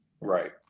Right